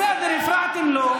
בסדר, הפרעתם לו.